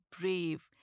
brave